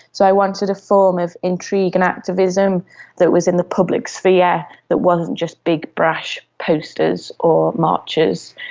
so i wanted a form of intrigue and activism that was in the public sphere that wasn't just big brash posters or marches.